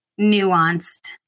nuanced